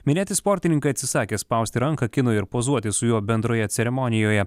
minėti sportininkai atsisakė spausti ranką kinui ir pozuoti su juo bendroje ceremonijoje